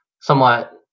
somewhat